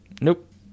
nope